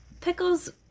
pickles